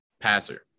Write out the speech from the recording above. passer